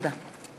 תודה.